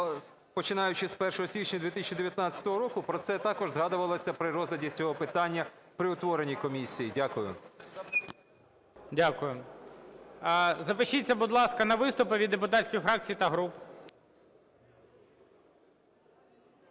починаючи з 1 січня 2019 року, про це також згадувалося при розгляді цього питання при утворенні комісії. Дякую. ГОЛОВУЮЧИЙ. Дякую. Запишіться, будь ласка, на виступи від депутатських фракцій та груп.